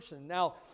Now